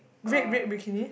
uh